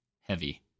heavy